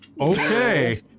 Okay